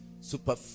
Super